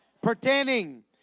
pertaining